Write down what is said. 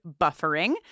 buffering